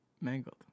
Mangled